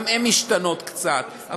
גם הן משתנות קצת,